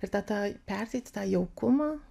ir tą tą perteikti tą jaukumą